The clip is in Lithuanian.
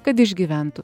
kad išgyventų